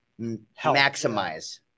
maximize